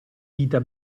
vita